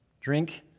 drink